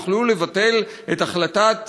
יוכלו לבטל" את החלטת